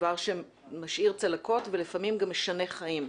דבר שמשאיר צלקות ולפעמים גם משנה חיים.